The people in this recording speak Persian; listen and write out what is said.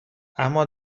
اما